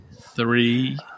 Three